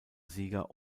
sieger